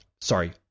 Sorry